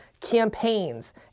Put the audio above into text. campaigns